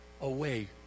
away